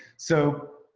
so